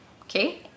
Okay